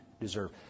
deserve